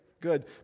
Good